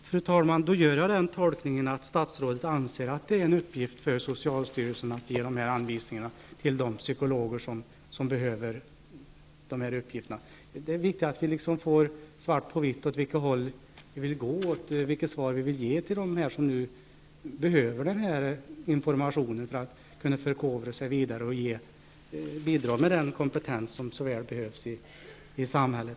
Fru talman! Då gör jag den tolkningen att statsrådet anser att det är en uppgift för socialstyrelsen att ge dessa anvisningar till de psykologer som behöver sådana. Det är viktigt att vi får svart på vitt var de kan få information som vill förkovra sig och bidra med den kompetens som så väl behövs i samhället.